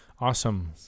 Awesome